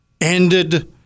ended